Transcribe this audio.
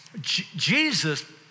Jesus